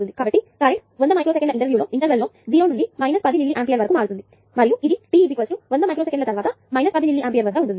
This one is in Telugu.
కాబట్టి కరెంటు 100 మైక్రో సెకన్ల ఇంటర్వెల్ లో 0 నుండి 10 మిల్లీ ఆంపియర్ వరకు మారుతుంది మరియు ఇది t 100 మైక్రోసెకన్ల తర్వాత 10 మిల్లీ ఆంపియర్ వద్ద ఉంటుంది